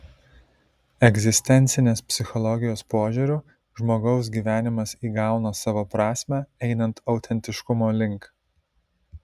egzistencinės psichologijos požiūriu žmogaus gyvenimas įgauna savo prasmę einant autentiškumo link